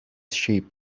sheep